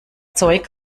zeug